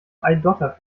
eidotter